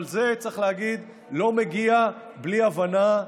אבל זה, צריך להגיד, לא מגיע בלי הבנה,